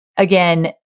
again